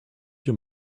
your